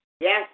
Yes